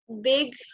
big